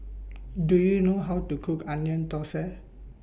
Do YOU know How to Cook Onion Thosai